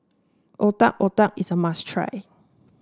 Otak Otak is a must try